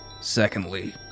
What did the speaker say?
Secondly